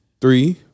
three